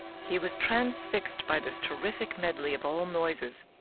he was transfixed by this terrific medley of all noises.